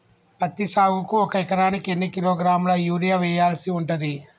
పత్తి సాగుకు ఒక ఎకరానికి ఎన్ని కిలోగ్రాముల యూరియా వెయ్యాల్సి ఉంటది?